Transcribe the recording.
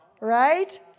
Right